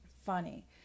funny